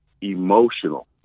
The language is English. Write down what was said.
emotional